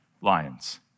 lions